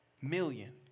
Million